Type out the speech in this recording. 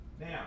Now